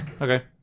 Okay